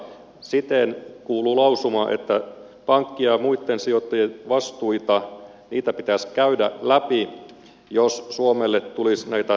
lausuma kuului siten että pankkien ja muitten sijoittajien vastuita pitäisi käydä läpi jos suomelle tulisi näitä takausvastuita